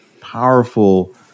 powerful